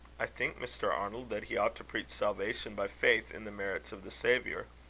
i think, mr. arnold, that he ought to preach salvation by faith in the merits of the saviour.